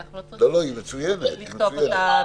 ואנחנו לא צריכים לכתוב אותה במפורש.